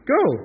go